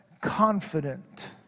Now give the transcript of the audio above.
confident